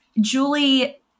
Julie